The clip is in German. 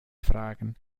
fragen